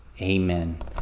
Amen